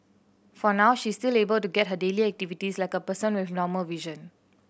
for now she is still able to get her daily activities like a person with normal vision